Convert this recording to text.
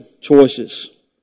choices